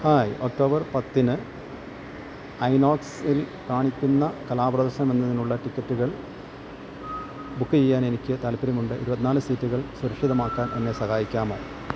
hi October പത്തിന് ഐനോക്സിൽ കാണിക്കുന്ന കലാപ്രദർശനം എന്നതിനുള്ള ടിക്കറ്റുകൾ ബുക്ക് ചെയ്യാന് എനിക്ക് താൽപ്പര്യമുണ്ട് ഇരുപത്തിനാല് സീറ്റുകൾ സുരക്ഷിതമാക്കാൻ എന്നെ സഹായിക്കാമോ